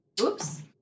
Oops